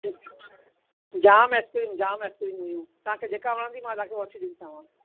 जाम ice cream जाम ice cream हुयूं तव्हांखे जेका वणंदी मां तव्हांखे वठी ॾींदीसांव